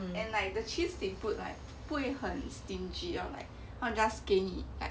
and like the cheese they put like 不会很 stingy or like not just 给你 like